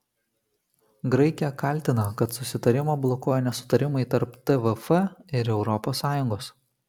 graikija kaltina kad susitarimą blokuoja nesutarimai tarp tvf ir europos sąjungos